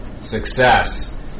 success